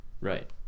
Right